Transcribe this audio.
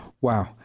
Wow